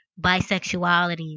bisexuality